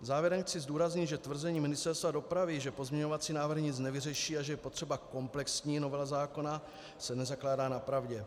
Závěrem chci zdůraznit, že tvrzení Ministerstva dopravy, že pozměňovací návrh nic nevyřeší a že je potřeba komplexní novela zákona, se nezakládá na pravdě.